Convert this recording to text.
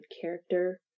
character